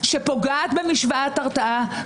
שפוגעת במשוואת ההרתעה,